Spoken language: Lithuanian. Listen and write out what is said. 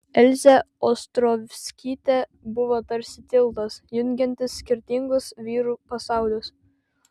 elzė ostrovskytė buvo tarsi tiltas jungiantis skirtingus vyrų pasaulius